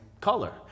color